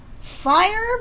Fire